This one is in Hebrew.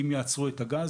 אם יעצרו את הגז,